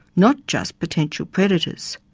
not just potential predators.